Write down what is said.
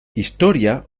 historia